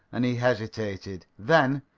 and he hesitated. then,